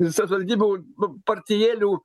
savivaldybių nu partijėlių